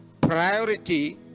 priority